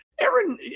Aaron